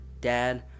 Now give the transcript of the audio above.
dad